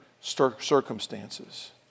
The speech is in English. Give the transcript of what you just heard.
circumstances